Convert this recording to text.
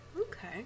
Okay